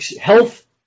health